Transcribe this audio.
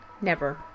Never